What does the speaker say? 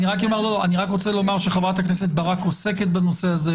אני רק אומר לומר שחברת הכנסת ברק עוסקת בנושא הזה,